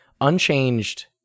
unchanged